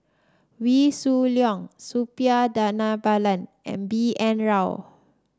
Wee Shoo Leong Suppiah Dhanabalan and B N Rao